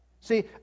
See